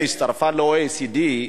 שהצטרפה ל-OECD,